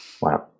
Wow